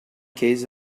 case